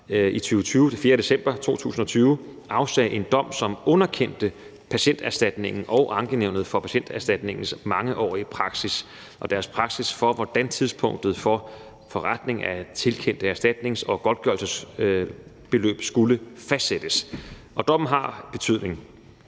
4. december 2020 afsagde en dom, som underkendte Patienterstatningen og Ankenævnet for Patienterstatningens mangeårige praksis for, hvordan tidspunktet for forrentningen af tilkendte erstatnings- og godtgørelsesbeløb skulle fastsættes. Dommen har betydet,